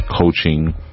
coaching